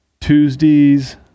Tuesdays